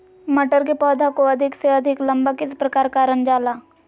मटर के पौधा को अधिक से अधिक लंबा किस प्रकार कारण जाला?